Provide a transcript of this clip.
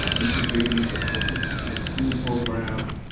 um integrating the statistics in school program,